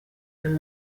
and